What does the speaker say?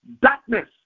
Darkness